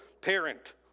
parent